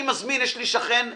יש לי שכן רמי,